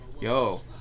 Yo